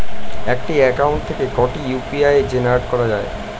একটি অ্যাকাউন্ট থেকে কটি ইউ.পি.আই জেনারেট করা যায়?